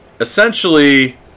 essentially